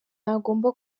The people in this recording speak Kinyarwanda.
ntagomba